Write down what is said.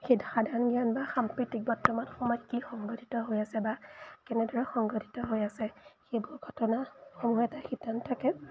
সেই সাধাৰণ জ্ঞান বা সাম্প্ৰতিক বৰ্তমান সময়ত কি সংঘটিত হৈ আছে বা কেনেদৰে সংঘটিত হৈ আছে সেইবোৰ ঘটনাসমূহৰ এটা শিতান থাকে